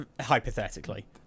hypothetically